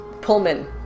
Pullman